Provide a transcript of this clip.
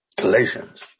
Galatians